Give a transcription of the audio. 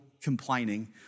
complaining